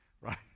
right